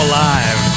Alive